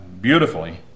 beautifully